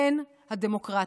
כן הדמוקרטית.